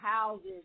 houses